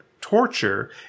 torture